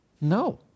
No